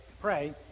pray